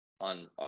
on